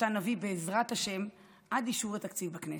שאותה נביא, בעזרת השם, עד אישור התקציב בכנסת.